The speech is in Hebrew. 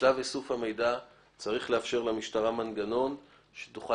בשלב איסוף המידע צריך לאפשר למשטרה מנגנון בו היא תוכל